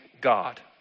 God